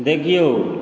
देखिऔ